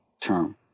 term